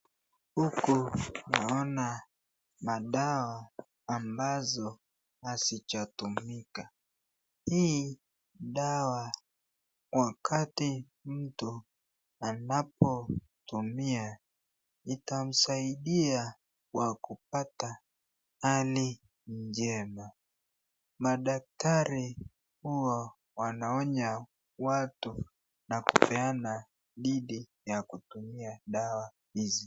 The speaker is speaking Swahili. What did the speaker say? Huku naona madawa ambazo hazijatumika. Hii dawa wakati mtu anapotumia itamsaidia wa kupata hali njema. Madaktari huwa wanaonya watu na kupeana dhidi ya kutumia dawa hizi.